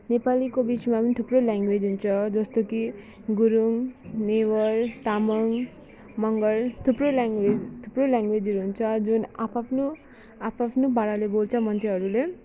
नेपालीको बिचमा पनि थुप्रो ल्याङ्वेज हुन्छ जस्तो कि गुरुङ नेवार तामाङ मगर थुप्रो ल्याङ्वेज थुप्रो ल्याङ्वेजहरू हुन्छ जुन आफआफ्नो आफआफ्नो पाराले बोल्छ मान्छेहरूले